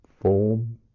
form